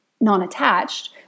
non-attached